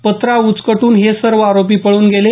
पत्रा उचकटून हे सर्व आरोपी पळून गेले